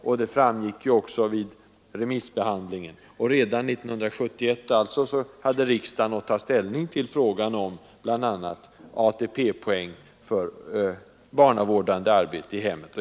Det påpekades också vid remissbehandlingen. Redan 1971 hade riksdagen alltså att ta ställning till frågan om bl.a. ATP-poäng för barnavårdande arbete i hemmet.